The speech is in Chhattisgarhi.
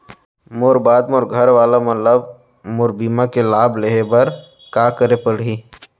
मोर बाद मोर घर वाला मन ला मोर बीमा के लाभ लेहे बर का करे पड़ही?